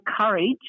courage